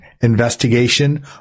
investigation